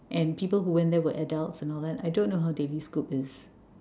and people who went there were adults and all that I don't know how the lead cook is